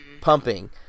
pumping